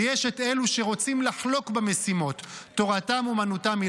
ויש את אלו שרוצים לחלוק במשימות: תורתם אומנותם,